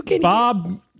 Bob